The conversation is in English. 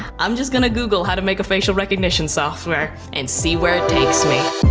i'm just gonna google how to make a facial recognition software and see where it takes me.